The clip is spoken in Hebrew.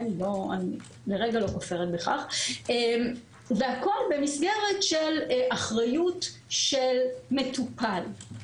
אני לרגע לא כופרת בכך והכל במסגרת של אחריות של מטופל.